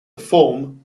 form